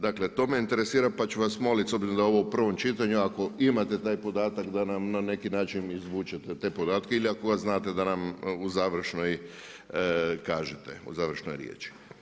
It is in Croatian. Dakle to me interesira pa ću vas moliti s obzirom da je ovo u prvom čitanju ako imate taj podatak da nam na neki način izvučete te podatke ili ga ako znate da nam u završnoj kažete, u završnoj riječi.